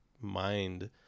mind